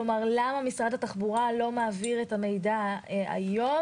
כלומר למה משרד התחבורה לא מעביר את המידע היום.